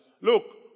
Look